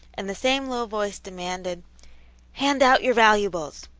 and the same low voice demanded hand out your valuables!